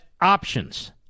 options